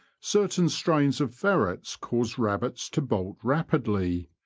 certain strains of ferrets cause rabbits to bolt rapidly,